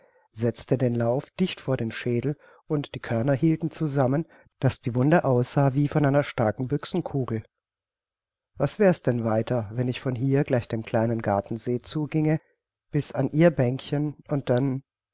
setzte den lauf dicht vor den schädel und die körner hielten zusammen daß die wunde aussah wie von einer starken büchsenkugel was wär's denn weiter wenn ich von hier gleich dem kleinen garten see zuginge bis an ihr bänkchen und dann